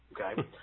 Okay